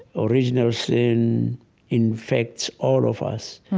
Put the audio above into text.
original sin infects all of us.